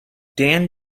dan